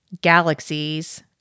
galaxies